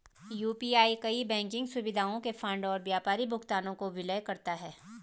UPI कई banking सुविधाओं के फंड और व्यापारी भुगतानों को विलय करता है